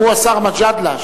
גם הוא השר מג'אדלה,